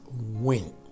win